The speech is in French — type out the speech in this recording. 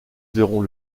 verront